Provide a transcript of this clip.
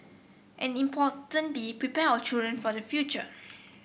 and importantly prepare our children for the future